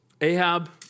Ahab